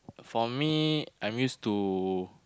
for me I'm used to